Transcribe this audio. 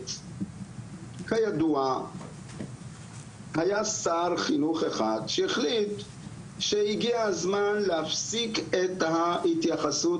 מנהלת כידוע היה שר חינוך אחד שהחליט שהגיע הזמן להפסיק את ההתייחסות